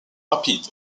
rapid